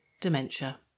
dementia